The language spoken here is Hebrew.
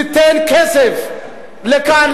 תיתן כסף לכאן,